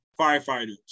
firefighters